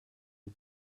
who